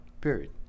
Period